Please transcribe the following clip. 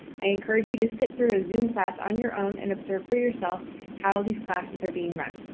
i encourage you to sit through a zoom class on your own and observe for yourself how these classes are being run.